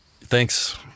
thanks